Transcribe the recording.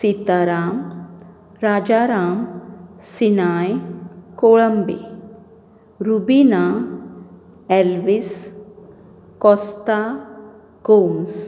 Sitaram Rajaram Sinai Kolambi Rubina Alves Costa Gomes